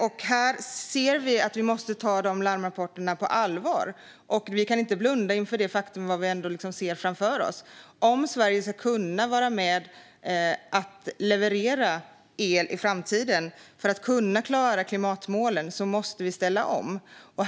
Vi ser att vi måste ta larmrapporterna på allvar, och vi kan inte blunda inför det faktum som vi ser framför oss: Om Sverige ska kunna vara med och leverera el i framtiden för att klara klimatmålen måste vi ställa om.